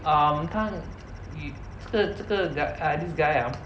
um 他 he 这个这个 g~ uh this guy ah